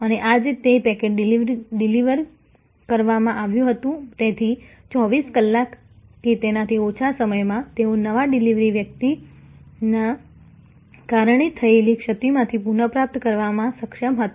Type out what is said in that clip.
અને આજે તે પેકેજ ડિલિવરી કરવામાં આવ્યું હતું તેથી 24 કલાક કે તેનાથી ઓછા સમયમાં તેઓ નવા ડિલિવરી વ્યક્તિના કારણે થયેલી ક્ષતિમાંથી પુનઃપ્રાપ્ત કરવામાં સક્ષમ હતા